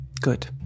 Good